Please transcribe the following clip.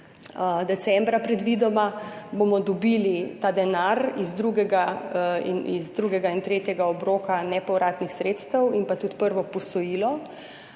decembra, dobili ta denar iz drugega in tretjega obroka nepovratnih sredstev in tudi prvo posojilo.